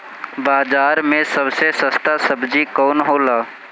बाजार मे सबसे सस्ता सबजी कौन होला?